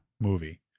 movie